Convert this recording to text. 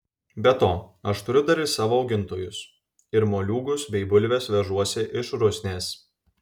be to aš turiu dar ir savo augintojus ir moliūgus bei bulves vežuosi iš rusnės